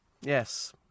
Yes